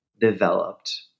developed